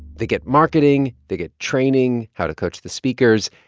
they get marketing. they get training, how to coach the speakers.